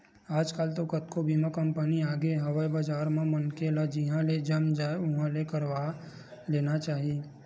आजकल तो कतको बीमा कंपनी आगे हवय बजार म मनखे ल जिहाँ ले जम जाय उहाँ ले करवा लेना चाही